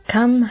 Come